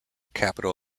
capital